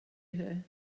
her